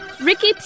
Ricky